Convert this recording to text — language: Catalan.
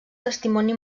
testimoni